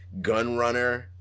gunrunner